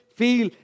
feel